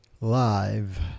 live